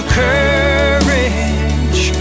courage